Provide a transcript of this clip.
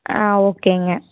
ஆ ஓகேங்க